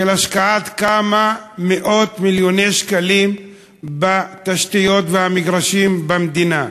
של השקעת כמה מאות מיליוני שקלים בתשתיות ובמגרשים במדינה.